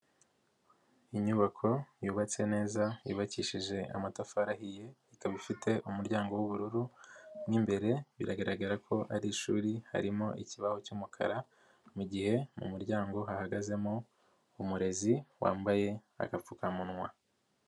Inyubako yubatse neza yubakishije amatafari ahiye, ikaba ifite umuryango w'ubururu, mu imbere biragaragara ko ari ishuri harimo ikibaho cy'umukara, mu gihe mu muryango hahagazemo umurezi wambaye agapfukamunwa.